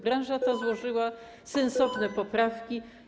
Branża ta złożyła sensowne poprawki.